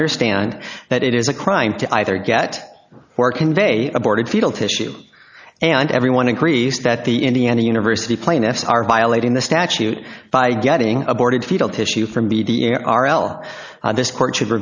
understand that it is a crime to either get or convey aborted fetal tissue and everyone agrees that the indiana university plaintiffs are violating the statute by getting aborted fetal tissue from the d n r l this court should